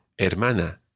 Hermana